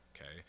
okay